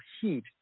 heat